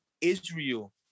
Israel